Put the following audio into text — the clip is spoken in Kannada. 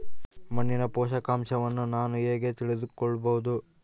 ಮಣ್ಣಿನ ಪೋಷಕಾಂಶವನ್ನು ನಾನು ಹೇಗೆ ತಿಳಿದುಕೊಳ್ಳಬಹುದು?